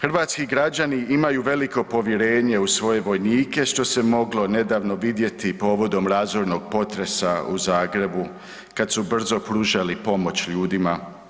Hrvatski građani imaju veliko povjerenje u svoje vojnike, što se moglo nedavno vidjeti povodom razornog potresa u Zagrebu kad su brzo pružali pomoć ljudima.